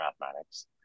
mathematics